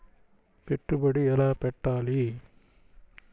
పెట్టుబడి ఎలా పెట్టాలి?